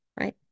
right